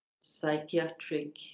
psychiatric